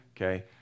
Okay